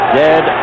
dead